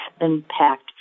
impact